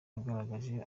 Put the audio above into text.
agaragaje